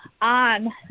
on